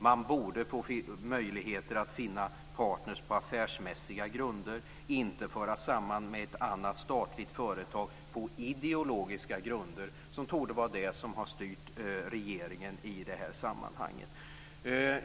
Man borde få möjligheter att finna partner på affärsmässiga grunder, inte föras samman med ett annat statligt företag på ideologiska grunder, vilket torde vara det som har styrt regeringen i det här sammanhanget.